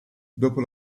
dopo